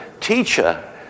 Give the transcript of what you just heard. Teacher